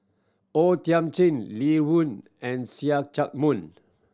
O Thiam Chin Li Rulin and See Chak Mun